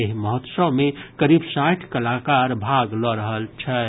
एहि महोत्सव मे करीब साठि कलाकार भाग लऽ रहल छथि